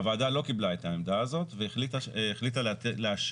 הוועדה לא קיבלה את העמדה הזאת והחליטה לאשר